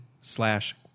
slash